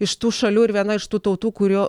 iš tų šalių ir viena iš tų tautų kurių